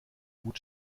gut